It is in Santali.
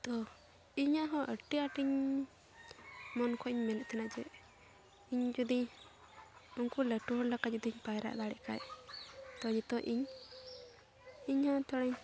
ᱛᱚ ᱤᱧᱟᱹᱜ ᱦᱚᱸ ᱟᱹᱰᱤ ᱟᱴᱤᱧ ᱢᱚᱱ ᱠᱷᱚᱡ ᱤᱧ ᱢᱮᱱᱮᱫ ᱛᱟᱦᱮᱱᱟ ᱡᱮ ᱤᱧ ᱡᱩᱫᱤ ᱩᱱᱠᱩ ᱞᱟᱹᱴᱩ ᱦᱚᱲ ᱞᱮᱠᱟ ᱡᱩᱫᱤᱧ ᱯᱟᱭᱨᱟᱜ ᱫᱟᱲᱮᱭᱟᱜ ᱠᱷᱟᱡ ᱛᱳ ᱱᱤᱛᱳᱜ ᱤᱧ ᱤᱧᱦᱚᱸ ᱛᱷᱚᱲᱟᱧ